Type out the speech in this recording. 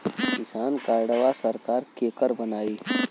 किसान कार्डवा सरकार केकर बनाई?